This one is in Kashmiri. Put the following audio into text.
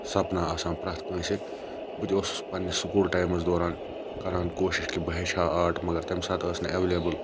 سَپنا آسان پرٮ۪تھ کٲنٛسہِ بہٕ تہِ اوسُس پَننِس سکول ٹایمَس دوران کَران کوشِش کہِ بہٕ ہیٚچھ ہا آرٹ مَگَر تمہِ ساتہٕ ٲسۍ نہٕ ایٚولیبٕل